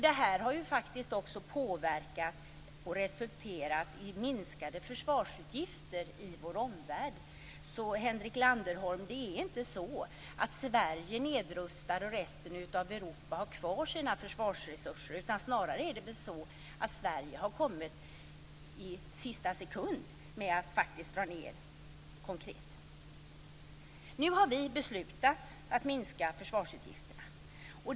Det har ju faktiskt också haft en påverkan och resulterat i minskade försvarsutgifter i vår omvärld. Det är alltså inte så, Henrik Landerholm, att Sverige nedrustar och resten av Europa har kvar sina försvarsresurser. Snarare är det väl så att Sverige har kommit i sista sekund med att faktiskt konkret dra ned. Nu har vi beslutat att minska försvarsutgifterna.